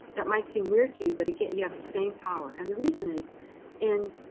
that might seem weird to you, but again, you have the same power. and the reason is in